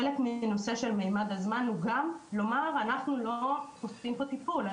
חלק מהנושא של ממד הזמן הוא גם לומר שאנחנו לא עושים טיפול,